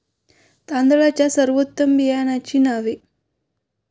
तांदळाच्या सर्वोत्तम बियाण्यांची नावे?